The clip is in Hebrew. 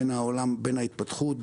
בין ההתפתחות,